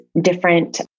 different